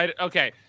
Okay